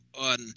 on